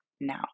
now